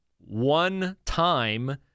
one-time